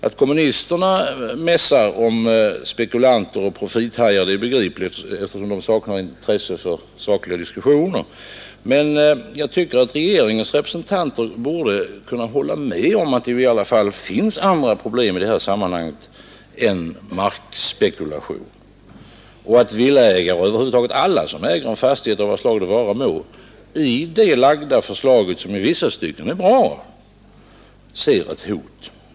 Att kommunisterna mässar om spekulanter och profithajar är begripligt, eftersom de saknar intresse för saklig diskussion. Men jag tycker att regeringens representanter borde kunna hålla med om att det finns andra problem i sammanhanget än markspekulation och förstå att villaägare och över huvud taget alla som äger en fastighet av vad slag det vara må i det lagda förslaget, som i vissa stycken kan vara bra, ser ett hot.